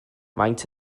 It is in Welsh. faint